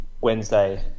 Wednesday